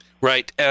Right